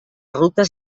rutes